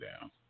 down